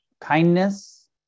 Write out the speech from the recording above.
kindness